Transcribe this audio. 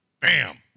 bam